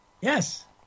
Yes